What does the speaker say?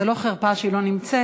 זה לא חרפה שהיא לא נמצאת,